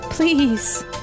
Please